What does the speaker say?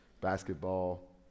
basketball